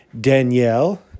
Danielle